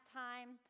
time